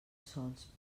sols